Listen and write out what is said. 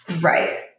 Right